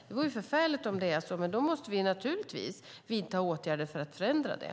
Det vore förfärligt om det var så, men då måste vi naturligtvis vidta åtgärder för att förändra det.